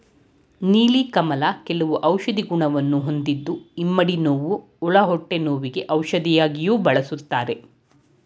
ನೀಲಿ ಕಮಲ ಕೆಲವು ಔಷಧಿ ಗುಣವನ್ನು ಹೊಂದಿದ್ದು ಇಮ್ಮಡಿ ನೋವು, ಒಳ ಹೊಟ್ಟೆ ನೋವಿಗೆ ಔಷಧಿಯಾಗಿಯೂ ಬಳ್ಸತ್ತರೆ